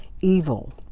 evil